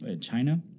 China